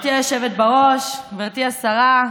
גברתי היושבת בראש, גברתי השרה,